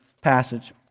passage